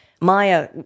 Maya